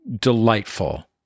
delightful